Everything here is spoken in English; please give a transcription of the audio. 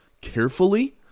carefully